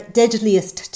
deadliest